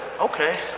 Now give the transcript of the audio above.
okay